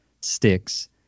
sticks